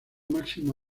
máximo